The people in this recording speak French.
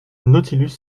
nautilus